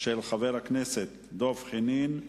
של חבר הכנסת דב חנין,